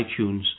iTunes